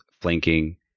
flanking